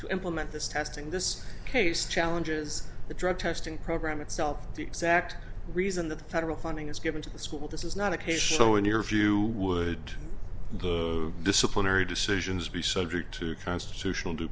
to implement this testing this case challenges the drug testing program itself the exact reason that the federal funding is given to the school this is not occasional in your view would disciplinary decisions be subject to constitutional due